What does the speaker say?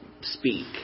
speak